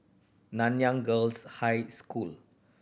Nanyang Girls' High School